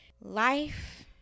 Life